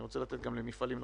אני רוצה לתת גם למפעלים נוספים.